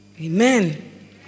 Amen